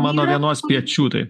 mano vienos piečių tai